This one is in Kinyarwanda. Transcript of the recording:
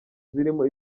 zirimo